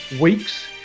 weeks